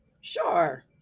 Sure